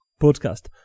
Podcast